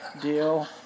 deal